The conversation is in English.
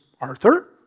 Arthur